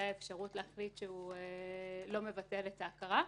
אפשרות להחליט שהוא לא מבטל את ההכרה.